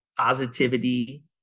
positivity